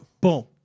Boom